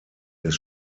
des